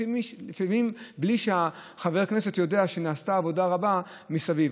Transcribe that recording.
לפעמים בלי שחבר הכנסת יודע שנעשתה עבודה רבה מסביב.